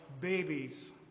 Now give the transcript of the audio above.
babies